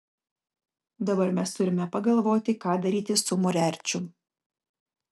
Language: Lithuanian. dabar mes turime pagalvoti ką daryti su moriarčiu